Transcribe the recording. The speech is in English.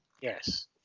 Yes